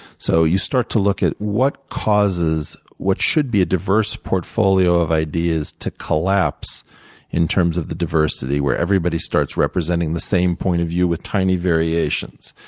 so you start to look at what causes what should be a diverse portfolio of ideas to collapse in terms of the diversity, where everybody starts representing the same point of view with tiny variations.